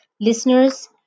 Listeners